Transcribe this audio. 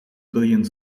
billions